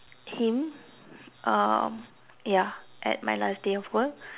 him um ya at my last day of work